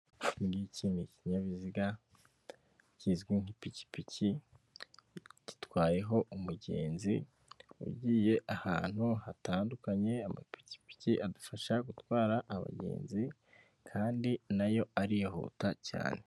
Iki ngiki ni kinyabiziga kizwi nk'ipikipiki, gitwayeho umugenzi ugiye ahantu hatandukanye, amapiki adufasha gutwara abagenzi kandi nayo arihuta cyane.